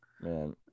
man